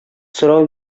сорау